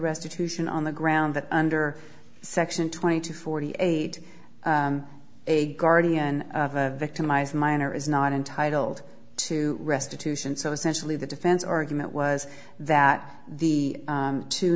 restitution on the ground that under section twenty two forty eight a guardian of a victimized minor is not entitled to restitution so essentially the defense argument was that the